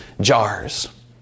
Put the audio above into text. jars